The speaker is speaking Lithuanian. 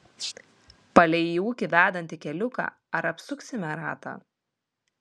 palei į ūkį vedantį keliuką ar apsuksime ratą